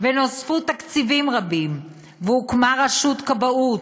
נוספו תקציבים רבים והוקמה רשות כבאות,